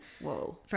Whoa